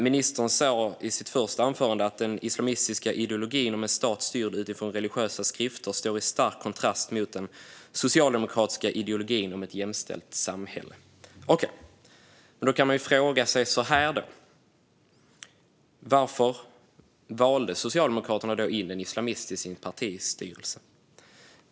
Ministern sa i sitt första anförande att den islamistiska ideologin om en stat styrd utifrån religiösa skrifter står i stark kontrast mot den socialdemokratiska ideologin om ett jämställt samhälle. Okej, men då kan man fråga sig: Varför valde Socialdemokraterna in en islamist i sin partistyrelse?